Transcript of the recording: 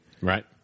Right